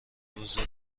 روزه